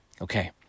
Okay